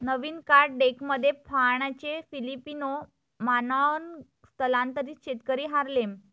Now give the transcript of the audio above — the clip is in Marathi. नवीन कार्ड डेकमध्ये फाहानचे फिलिपिनो मानॉन्ग स्थलांतरित शेतकरी हार्लेम